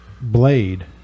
blade